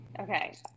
Okay